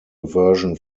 version